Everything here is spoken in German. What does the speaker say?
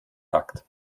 akt